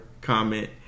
comment